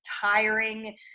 tiring